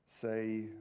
say